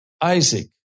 Isaac